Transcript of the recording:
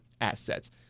assets